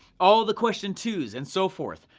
all the question twos, and so forth.